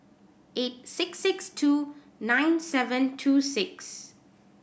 eight six six two nine seven two six